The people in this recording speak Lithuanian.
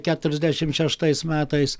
keturiasdešim šeštais metais